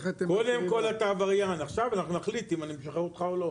קודם כל אתה עבריין עכשיו אנחנו נחליט אם נשחרר אותך או לא,